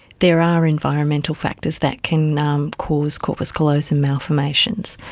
there are environmental factors that can um cause corpus callosum malformations.